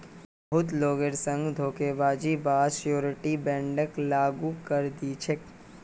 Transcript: बहुत लोगेर संग धोखेबाजीर बा द श्योरटी बोंडक लागू करे दी छेक